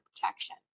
protection